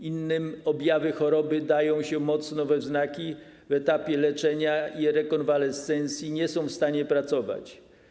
Innym objawy choroby dają się mocno we znaki i w etapie leczenia i rekonwalescencji nie są w stanie pracować.